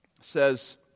says